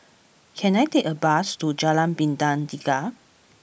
can I take a bus to Jalan Bintang Tiga